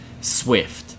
swift